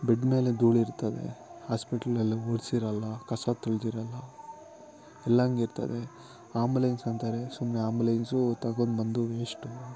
bed ಮೇಲೆ ಧೂಳ್ ಇರ್ತದೆ ಹಾಸ್ಪಿಟ್ಲೆಲ್ಲ ಒರ್ಸಿರೋಲ್ಲ ಕಸ ತುಳ್ದಿರೋಲ್ಲ ಎಲ್ಲ ಹಾಗೆ ಇರ್ತದೆ ಆಂಬುಲೆನ್ಸ್ ಅಂತಾರೆ ಸುಮ್ಮನೆ ಆಂಬುಲೆನ್ಸೂ ತಗೊಂಡು ಬಂದು ವೇಶ್ಟು